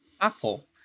Apple